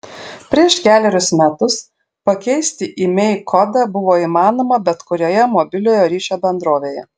prieš kelerius metus pakeisti imei kodą buvo įmanoma bet kurioje mobiliojo ryšio bendrovėje